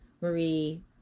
Marie